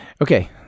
Okay